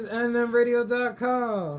NMRadio.com